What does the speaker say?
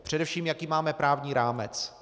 Především jaký máme právní rámec.